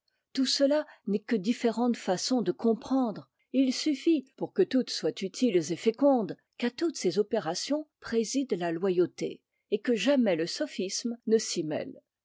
tout cela n'est que différentes façons de comprendre et il suffit pour que toutes soient utiles et fécondes qu'à toutes ces opérations préside la loyauté et que jamais le sophisme ne s'y mêle